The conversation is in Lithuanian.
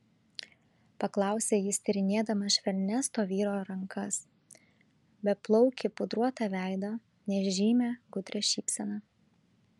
paklausė jis tyrinėdamas švelnias to vyro rankas beplaukį pudruotą veidą nežymią gudrią šypseną